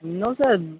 no sir